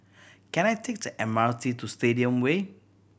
can I take the M R T to Stadium Way